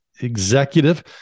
executive